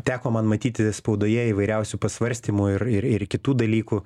teko man matyti spaudoje įvairiausių pasvarstymų ir ir ir kitų dalykų